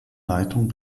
leitung